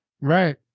right